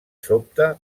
sobte